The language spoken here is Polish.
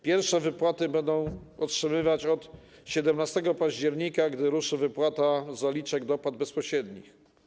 Pierwsze wypłaty będą otrzymywać od 17 października, gdy ruszy wypłata zaliczek dopłat bezpośrednich.